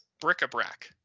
bric-a-brac